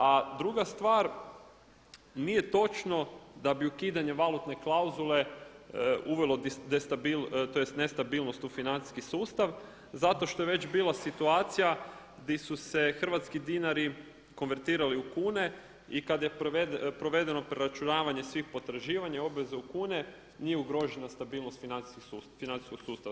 A druga stvar, nije točno da bi ukidanje valutne klauzule uvelo destabilnost tj. nestabilnost u financijski sustav zato što je već bila situacija di su se hrvatski dinari konvertirali u kune i kad je provedeno preračunavanje svih potraživanja obveza u kune nije ugrožena stabilnost financijskog sustava.